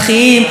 וכמובן,